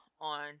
on